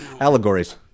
allegories